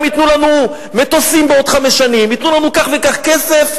ייתנו לנו מטוסים בעוד חמש שנים וכך וכך כסף,